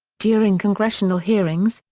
during congressional hearings,